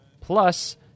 plus